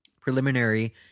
preliminary